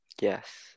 Yes